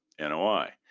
NOI